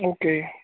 okay